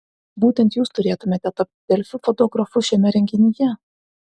būtent jūs turėtumėte tapti delfi fotografu šiame renginyje